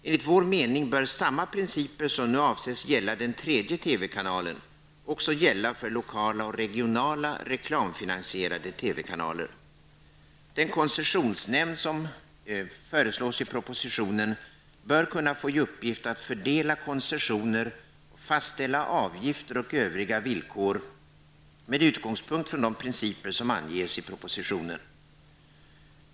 Enligt vår mening bör samma principer som nu avses gälla den tredje TV-kanalen också gälla för lokala och regionala reklamfinansierade TV-kanaler. Den koncessionsnämnd som föreslås i propositionen bör kunna få i uppgift att fördela koncessioner och fastställa avgifter och övriga villkor med utgångspunkt från de principer som anges i propositionen.